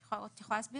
את יכולה להסביר?